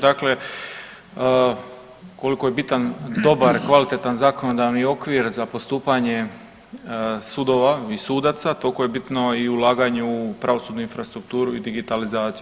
Dakle, koliko je bitan dobar, kvalitetan zakonodavni okvir za postupanje sudova i sudaca, toliko je bitno i ulaganje u pravosudnu infrastrukturu i digitalizaciju.